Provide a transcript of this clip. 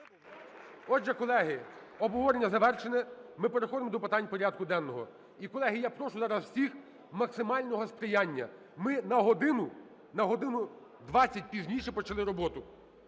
Отже, колеги, обговорення завершено. Ми переходимо до питань порядку денного. І, колеги, я прошу зараз всіх максимального сприяння. Ми на годину, на годину 20 пізніше почали роботу.